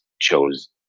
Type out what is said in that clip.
chose